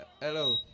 Hello